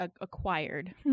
acquired